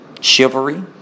Chivalry